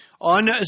on